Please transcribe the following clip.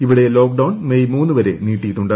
ഇവിടെ lockdown May മൂന്ന് വരെ നീട്ടിയിട്ടുണ്ട്